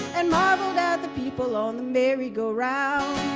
and marveled at the people on the merry-go-round,